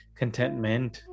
contentment